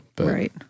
Right